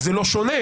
זה לא שונה.